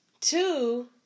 Two